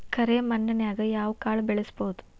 ಕರೆ ಮಣ್ಣನ್ಯಾಗ್ ಯಾವ ಕಾಳ ಬೆಳ್ಸಬೋದು?